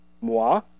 moi